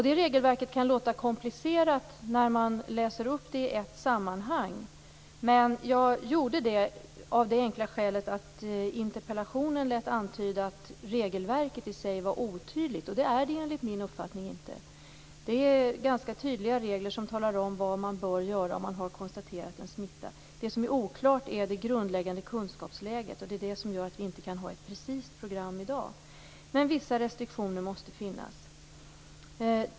Det regelverket kan låta komplicerat när man läser upp det i ett sammanhang. Men jag gjorde det av det enkla skälet att interpellationen lät antyda att regelverket i sig är otydligt. Det är det, enligt min uppfattning, inte. Det finns tydliga regler som talar om vad som bör göras vid konstaterad smitta. Det som är oklart är det grundläggande kunskapsläget. Det är det som gör att det inte finns ett precist program i dag. Vissa restriktioner måste finnas.